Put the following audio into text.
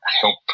help